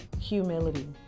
humility